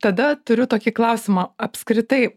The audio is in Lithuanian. tada turiu tokį klausimą apskritai